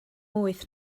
wyth